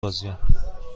راضیم